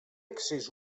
accés